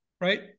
right